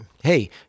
hey